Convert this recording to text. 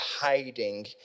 hiding